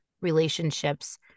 relationships